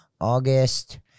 August